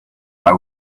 why